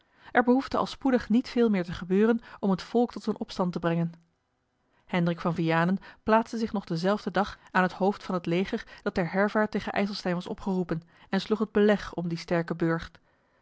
er behoefde al spoedig niet veel meer te gebeuren om het volk tot een opstand te brengen hendrik van vianen plaatste zich nog denzelfden dag aan het hoofd van het leger dat ter heirvaart tegen ijselstein was opgeroepen en sloeg het beleg om dien sterken burcht